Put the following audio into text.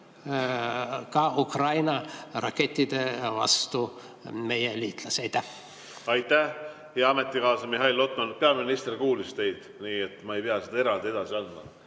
ka Ukraina rakettide vastu meie liitlasi. Aitäh, hea ametikaaslane Mihhail Lotman! Peaminister kuulis teid, nii et ma ei pea seda eraldi edasi andma.